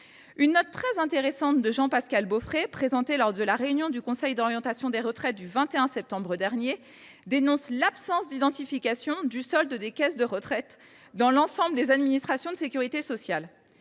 Une note très intéressante de Jean Pascal Beaufret, présentée lors de la réunion du Conseil d’orientation des retraites qui s’est tenue le 21 septembre dernier, dénonce l’absence d’identification du solde des caisses de retraite dans l’ensemble des administrations de sécurité sociale.